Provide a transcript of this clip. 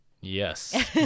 Yes